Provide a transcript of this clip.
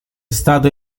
stato